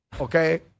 Okay